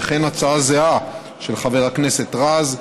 וכן הצעה זהה של חבר הכנסת רז,